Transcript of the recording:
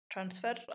Transfer